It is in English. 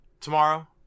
tomorrow